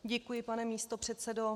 Děkuji, pane místopředsedo.